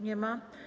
Nie ma.